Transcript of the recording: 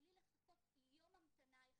בלי לחכות יום המתנה אחד.